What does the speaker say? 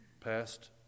Past